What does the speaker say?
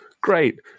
Great